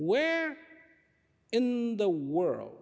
where in the world